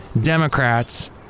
Democrats